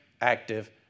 active